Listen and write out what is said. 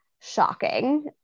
Shocking